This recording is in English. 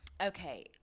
okay